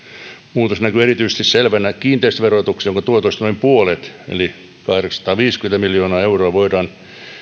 muutos näkyy erityisen selvänä kiinteistöverotuksessa jonka tuotoista noin puolet eli kahdeksansataaviisikymmentä miljoonaa euroa voidaan tilittää